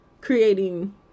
creating